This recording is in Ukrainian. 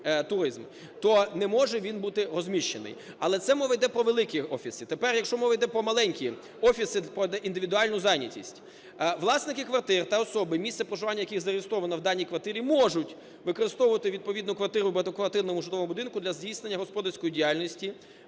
то не може він бути розміщений. Але це мова йде про великі офіси. Тепер, якщо мова про маленькі офіси, про індивідуальну зайнятість. Власники квартир та особи, місце проживання яких зареєстровано в даній квартирі, можуть використовувати відповідну квартиру в багатоквартирному житловому будинку для здійснення господарської діяльності